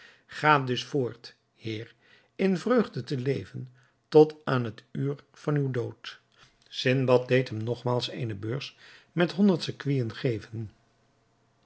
ga dus voort heer in vreugde te leven tot aan het uur van uw dood sindbad deed hem nogmaals eene beurs met honderd sequinen geven